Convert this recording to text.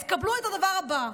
אז קבלו את הדבר הבא.